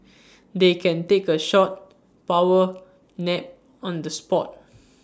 they can take A short power nap on the spot